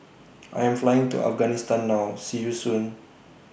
I Am Flying to Afghanistan now See YOU Soon